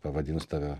pavadins tave